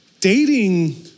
dating